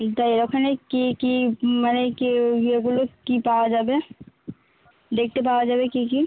কিন্তু ওদের ওখানে কী কী মানে কী ওই ইয়েগুলো কী পাওয়া যাবে দেখতে পাওয়া যাবে কি কি